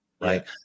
Right